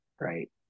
right